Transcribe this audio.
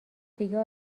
دیگه